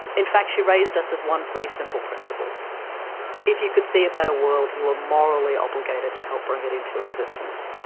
in fact, she raised us with one pretty simple principle if you could see a better world, you were morally obligated to help bring it into existence.